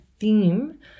theme